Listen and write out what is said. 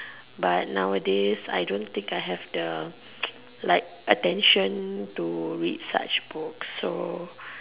but nowadays I don't think I have the like attention to read such books so